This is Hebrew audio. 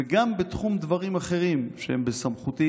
וגם בתחום דברים אחרים שהם בסמכותי,